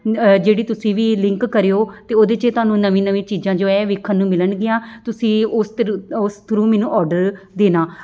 ਜਿਹੜੀ ਤੁਸੀਂ ਵੀ ਲਿੰਕ ਕਰਿਓ ਅਤੇ ਉਹਦੇ 'ਚ ਤੁਹਾਨੂੰ ਨਵੀਂ ਨਵੀਂ ਚੀਜ਼ਾਂ ਜੋ ਹੈ ਵੇਖਣ ਨੂੰ ਮਿਲਣਗੀਆਂ ਤੁਸੀਂ ਉਸ ਤਰੂ ਉਸ ਥਰੂ ਮੈਨੂੰ ਔਡਰ ਦੇਣਾ